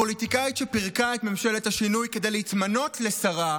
הפוליטיקאית שפירקה את ממשלת השינוי כדי להתמנות לשרה,